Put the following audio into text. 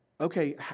okay